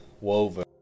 woven